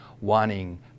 wanting